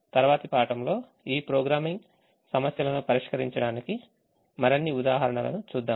తరువాతిపాఠంలో ఈ ప్రోగ్రామింగ్ సమస్యలను పరిష్కరించడానికి మరిన్ని ఉదాహరణలను చూద్దాము